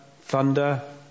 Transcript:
thunder